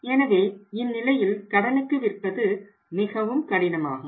எனவே இந்நிலையில் கடனுக்கு விற்பது மிகவும் கடினமாகும்